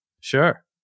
Sure